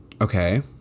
okay